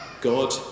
God